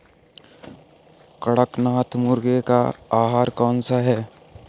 कड़कनाथ मुर्गे का आहार कौन सा है?